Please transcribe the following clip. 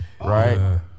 right